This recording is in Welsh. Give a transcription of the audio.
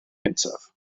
gyntaf